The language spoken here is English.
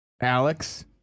Alex